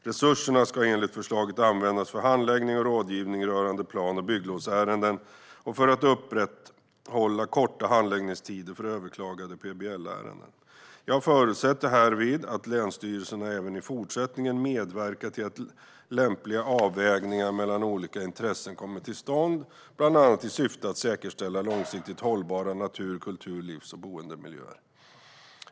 Resurserna ska enligt förslaget användas för handläggning och rådgivning rörande plan och bygglovsärenden och för att upprätthålla korta handläggningstider för överklagade PBL-ärenden. Jag förutsätter härvid att länsstyrelserna även i fortsättningen medverkar till att lämpliga avvägningar mellan olika intressen kommer till stånd, bland annat i syfte att säkerställa långsiktigt hållbara natur-, kultur-, livs och boendemiljöer.